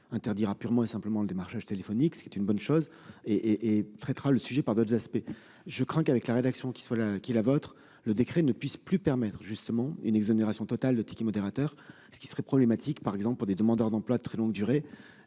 interdira, purement et simplement le démarchage téléphonique, ce qui est une bonne chose et et traitera le sujet par d'autres aspects, je crois qu'avec la rédaction qui soit là qui la vôtre, le décret ne puisse plus permettre justement une exonération totale de ticket modérateur, ce qui serait problématique, par exemple pour les demandeurs d'emploi de très longue durée